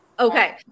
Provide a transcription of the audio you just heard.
Okay